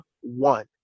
one